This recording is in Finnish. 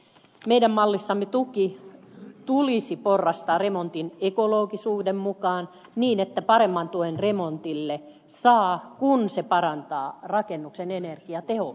meidän mallissamme tuki tulisi porrastaa remontin ekologisuuden mukaan niin että remontille saa paremman tuen kun se parantaa rakennuksen energiatehokkuutta